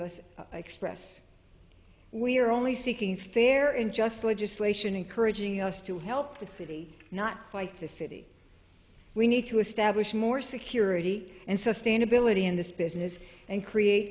us express we are only seeking fair in just legislation encouraging us to help the city not fight the city we need to establish more security and sustainability in this business and create